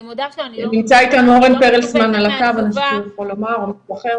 אני מודה שאני לא מסופקת מהתשובה --- נמצא איתנו אורן פרלסמן על הקו.